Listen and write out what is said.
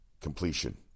completion